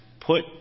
put